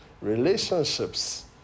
relationships